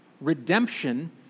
redemption